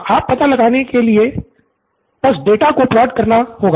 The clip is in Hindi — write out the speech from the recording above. तो अब पता लगाने के लिए बस डाटा को प्लॉट करना है